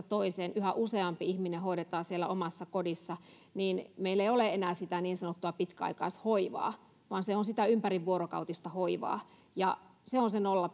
toiseen yhä useampi ihminen hoidetaan siellä omassa kodissa eikä meillä ole enää sitä niin sanottua pitkäaikaishoivaa vaan se on sitä ympärivuorokautista hoivaa ja se on se nolla